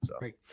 Right